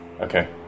okay